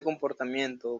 comportamiento